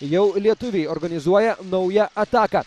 jau lietuviai organizuoja naują ataką